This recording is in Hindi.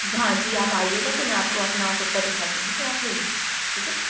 हाँ जी आप आइएगा तो मैं आपको अपना कुत्ता दिखा दूँगी तो आप ले लीजिए ठीक है